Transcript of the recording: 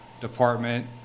department